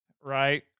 right